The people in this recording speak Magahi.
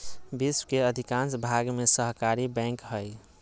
विश्व के अधिकांश भाग में सहकारी बैंक हइ